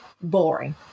Boring